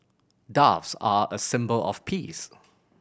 doves are a symbol of peace